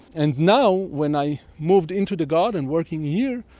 and now when i moved into the garden working here,